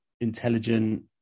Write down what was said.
intelligent